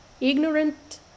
ignorant